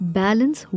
balance